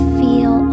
feel